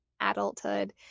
adulthood